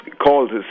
called